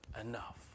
enough